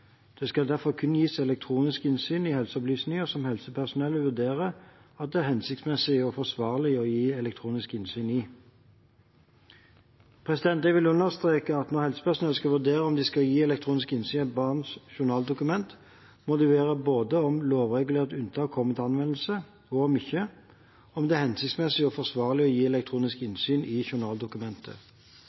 Det skal derfor kun gis elektronisk innsyn i helseopplysninger som helsepersonellet vurderer at det er hensiktsmessig og forsvarlig å gi elektronisk innsyn i. Jeg vil understreke at når helsepersonell skal vurdere om de skal gi elektronisk innsyn i et barns journaldokument, må de vurdere både om lovregulert unntak kommer til anvendelse og, om ikke, om det er hensiktsmessig og forsvarlig å gi elektronisk innsyn i journaldokumentet.